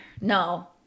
no